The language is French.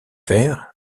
veyre